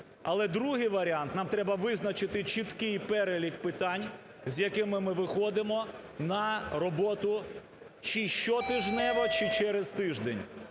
Але другий варіант – нам треба визначити чіткий перелік питань, з якими ми виходимо на роботу чи щотижнево чи через тиждень.